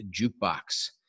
Jukebox